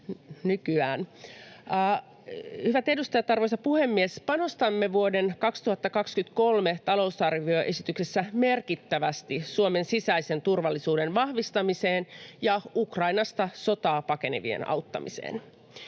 nykyään. Hyvät edustajat, arvoisa puhemies! Panostamme vuoden 2023 talousarvioesityksessä merkittävästi Suomen sisäisen turvallisuuden vahvistamiseen ja Ukrainasta sotaa pakenevien auttamiseen.